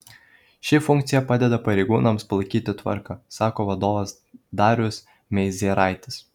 ši funkcija padeda pareigūnams palaikyti tvarką sako vadovas darius meizeraitis